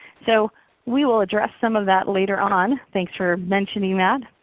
so we will address some of that later on. thanks for mentioning that.